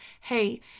hey